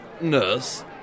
Nurse